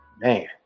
man